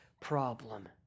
problem